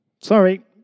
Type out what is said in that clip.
Sorry